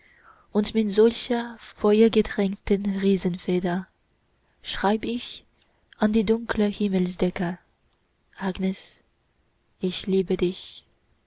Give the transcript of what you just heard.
und mit solcher feuergetränkten riesenfeder schreib ich an die dunkle himmelsdecke agnes ich liebe dich